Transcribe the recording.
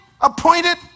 appointed